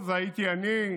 טוב, הייתי אני,